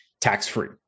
tax-free